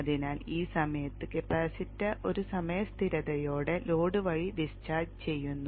അതിനാൽ ഈ സമയത്ത് കപ്പാസിറ്റർ ഒരു സമയ സ്ഥിരതയോടെ ലോഡ് വഴി ഡിസ്ചാർജ് ചെയ്യുന്നു